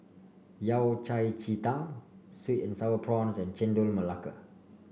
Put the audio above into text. Yao Cai Ji Tang sweet and sour prawns and Chendol Melaka